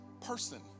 person